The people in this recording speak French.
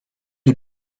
les